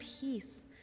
peace